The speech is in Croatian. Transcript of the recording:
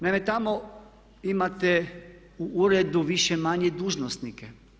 Naime, tamo imate u uredu više-manje dužnosnike.